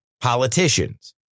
politicians